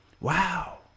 Wow